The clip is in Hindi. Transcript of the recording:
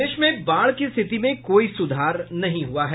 प्रदेश में बाढ़ की स्थिति में कोई सुधार नहीं हुआ है